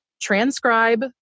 transcribe